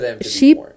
sheep